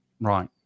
Right